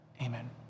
Amen